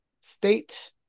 state